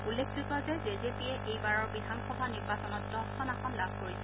উল্লেখযোগ্য যে জে জে পিয়ে এইবাৰৰ বিধানসভা নিৰ্বাচনত দহখন আসন লাভ কৰিছে